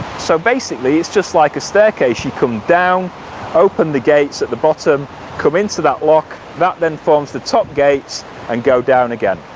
so basically it's just like a staircase you come down open the gates at the bottom come into that lock that then forms the top gates and go down again.